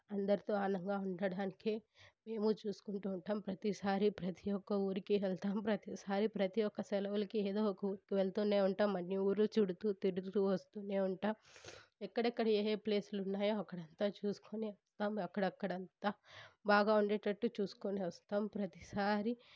అందరితో ఆనందంగా ఉండడానికి మేము చూసుకుంటు ఉంటాం ప్రతిసారి ప్రతి ఒక్క ఊరికి వెళ్తాం ప్రతిసారి ప్రతి ఒక్క సెలవులకి ఏదో ఒక ఊరికి వెళ్తూనే ఉంటాం అన్ని ఊర్లు చుడుతు తిరుగుతు వస్తూనే ఉంటాం ఎక్కడెక్కడ ఏ ఏ ప్లేస్ లు ఉన్నాయో అక్కడ అంతా చూసుకొని వస్తాం అక్కడక్కడ అంత బాగా ఉండేటట్టు చూసుకొని వస్తాం ప్రతిసారి